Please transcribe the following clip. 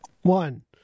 One